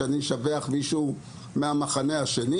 על כך שאשבח מישהו מהמחנה השני